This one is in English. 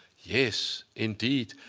yes, indeed.